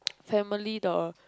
family the